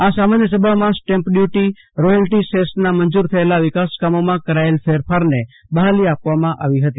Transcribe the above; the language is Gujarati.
આ સામાન્ય સભામાં સ્ટેમ્પ ડ્યુટી રોથલ્ટી સેસના મંજુર થયેલા વિકાસ કામોમા કરાયેલા ફેરફારને બહાલી આપવામાં આવી હતી